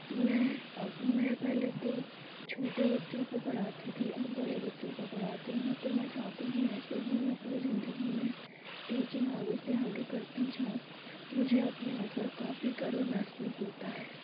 मैं मैं पहले तो छोटे बच्चों को पढ़ाती थी अब बड़े बच्चों को पढ़ाती हूँ तो मैं चाहती हूँ ऐसे ही मैं अपने ज़िंदगी में टीचींग आगे से आगे करती जाऊँ मुझे अपने ऊपर काफ़ी गर्व महसस होता है